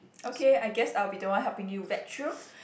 okay I guess I'll be the one helping you vet through